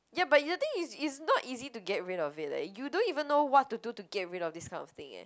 ya but the thing is it's not easy to get rid of it leh you don't even know what to do to get rid of this kind of thing eh